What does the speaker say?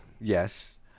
Yes